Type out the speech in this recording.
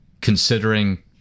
considering